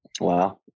Wow